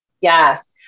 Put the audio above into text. Yes